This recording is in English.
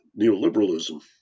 neoliberalism